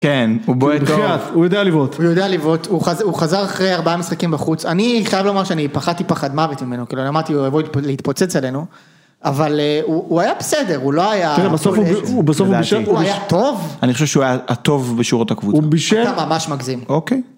כן, הוא בועט טוב, הוא יודע לבעוט, הוא יודע לבעוט, הוא חזר אחרי 4 משחקים בחוץ, אני חייב לומר שאני פחדתי פחד מוות ממנו, כאילו, אני אמרתי, הוא יבוא להתפוצץ עלינו, אבל הוא היה בסדר, הוא לא היה, בסוף הוא בישל, הוא היה טוב, אני חושב שהוא היה הטוב בשורות הקבוצה, הוא בישל, הוא היה ממש מגזים, אוקיי.